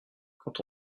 quand